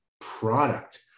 product